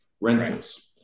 rentals